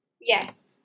Yes